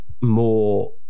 more